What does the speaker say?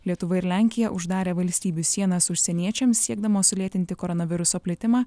lietuva ir lenkija uždarė valstybių sienas užsieniečiams siekdamos sulėtinti koronaviruso plitimą